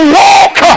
walk